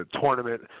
tournament